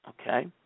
Okay